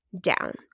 down